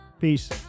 Peace